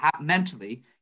Mentally